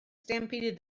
stampeded